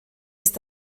ist